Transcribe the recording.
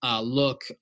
look